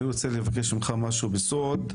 אני רוצה לבקש ממך משהו בסוד.